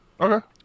Okay